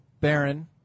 Baron